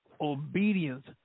obedience